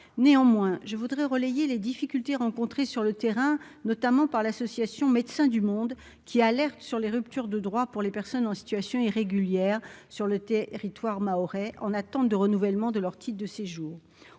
néanmoins je voudrais relayer les difficultés rencontrées sur le terrain, notamment par l'association Médecins du Monde, qui alertent sur les ruptures de droits pour les personnes en situation irrégulière sur le territoire mahorais on attente de renouvellement de leur titre de séjour,